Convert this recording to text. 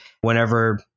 whenever